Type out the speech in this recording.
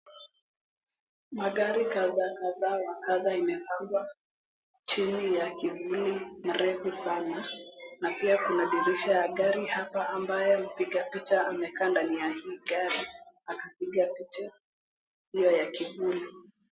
Magari kadhaa kadhaa wa kadhaa imepangwa chini ya kivuli marefu sana, na pia kuna dirisha ya gari hapa ambayo mpiga picha amekaa ndani ya hii gari akipiga picha iliyo ya kivuli.